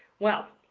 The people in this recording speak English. well,